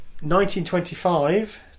1925